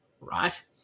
right